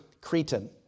Cretan